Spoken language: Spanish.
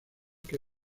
que